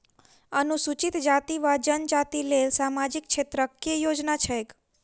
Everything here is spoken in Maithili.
अनुसूचित जाति वा जनजाति लेल सामाजिक क्षेत्रक केँ योजना छैक?